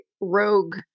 rogue